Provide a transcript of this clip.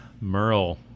Merle